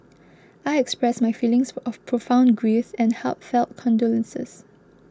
I express my feelings of profound grief and heartfelt condolences